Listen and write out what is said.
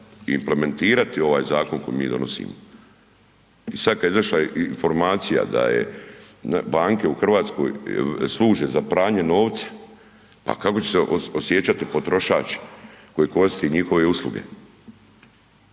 implementirati ovaj zakon koji mi donosimo. I sada kada je došla informacija da banke u Hrvatskoj služe za pranje novca, pa kako će se osjećati potrošač koji koristi njihove usluge.